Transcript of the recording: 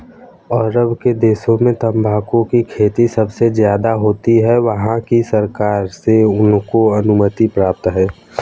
अरब के देशों में तंबाकू की खेती सबसे ज्यादा होती है वहाँ की सरकार से उनको अनुमति प्राप्त है